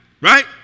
Right